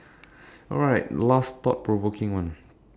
alright last thought provoking one